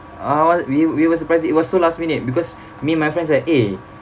oh we we were surprising it was so last minute because me and my friends like eh